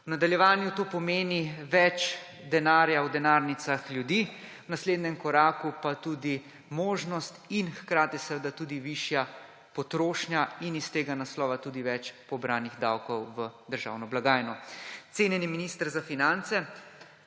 V nadaljevanju to pomeni več denarja v denarnicah ljudi, v naslednjem koraku pa tudi možnost in hkrati seveda tudi višja potrošnja in s tega naslova tudi več pobranih davkov v državno blagajno. Cenjeni minister za finance,